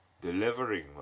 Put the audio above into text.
delivering